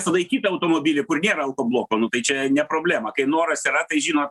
sulaikyti automobilį kur nėra alkobloko nu tai čia ne problema kai noras yra tai žinot